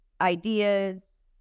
ideas